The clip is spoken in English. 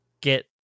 get